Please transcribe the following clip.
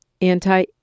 anti